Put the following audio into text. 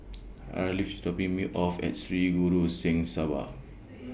Arleth IS dropping Me off At Sri Guru Singh Sabha